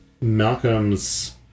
Malcolm's